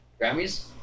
Grammys